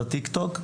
לטיק-טוק,